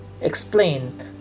explain